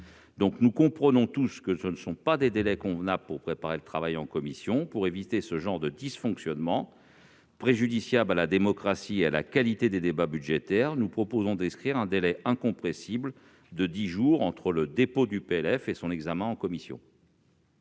soit, nous comprenons tous que ce ne sont pas là des délais convenables pour préparer le travail en commission. De façon à éviter des dysfonctionnements préjudiciables à la démocratie et à la qualité des débats budgétaires, nous proposons d'inscrire dans la loi un délai incompressible de dix jours entre le dépôt du PLF et son examen en commission.